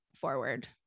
forward